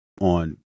on